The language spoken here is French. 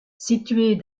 située